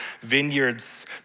vineyards